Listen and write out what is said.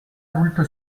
voulte